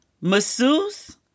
masseuse